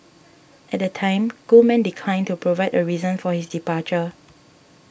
at the time Goldman declined to provide a reason for his departure